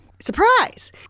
Surprise